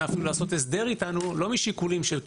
אפילו לעשות הסדר איתנו לא משיקולים של כסף,